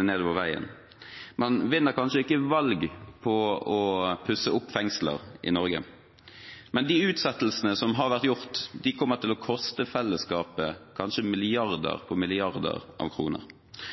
nedover veien. Man vinner kanskje ikke valg på å pusse opp fengsler i Norge, men de utsettelsene som har vært gjort, kommer til å koste fellesskapet kanskje milliarder på milliarder av kroner.